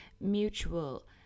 Mutual